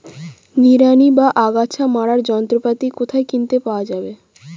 নিড়ানি বা আগাছা মারার যন্ত্রপাতি কোথায় কিনতে পাওয়া যাবে?